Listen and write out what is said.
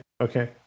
okay